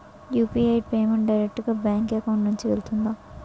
UPI payment direct గా bank account నుంచి వెళ్తుందా?